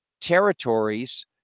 territories